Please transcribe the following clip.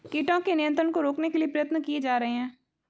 कीटों के नियंत्रण को रोकने के लिए प्रयत्न किये जा रहे हैं